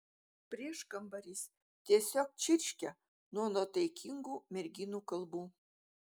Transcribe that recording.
prieškambaris tiesiog čirškia nuo nuotaikingų merginų kalbų